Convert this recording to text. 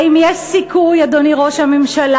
האם יש סיכוי, אדוני ראש הממשלה,